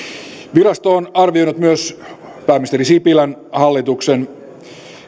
virasto on arvioinut myös pääministeri sipilän hallituksen